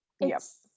Yes